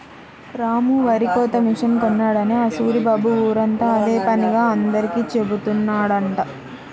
రాము వరికోత మిషన్ కొన్నాడని ఆ సూరిబాబు ఊరంతా అదే పనిగా అందరికీ జెబుతున్నాడంట